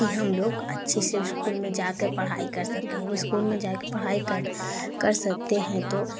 की हम लोग अच्छे से स्कूल में जाकर पढ़ाई कर सकेंगे स्कूल में जाकर पढ़ाई कर कर सकते हैं तो